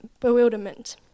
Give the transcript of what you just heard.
bewilderment